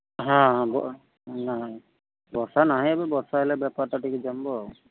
ହଁ ହଁ ନାହିଁ ବର୍ଷା ନାହିଁ ଏବେ ବର୍ଷା ହେଲେ ବେପାର୍ଟା ଟିକେ ଜମିବ